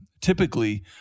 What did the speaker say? typically